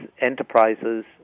enterprises